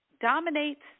dominates